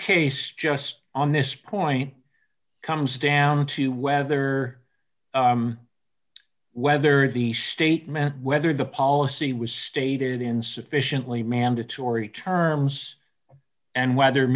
case just on this point comes down to whether whether the statement whether the policy was stated in sufficiently mandatory terms and whether